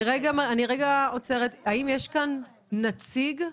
האם יש נציגים